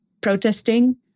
protesting